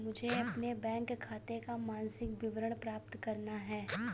मुझे अपने बैंक खाते का मासिक विवरण प्राप्त करना है?